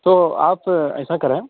تو آپ ایسا کریں